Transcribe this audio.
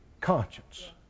conscience